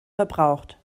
verbraucht